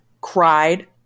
Cried